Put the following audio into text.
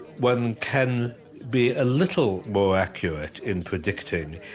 one can be a little more accurate in predicting.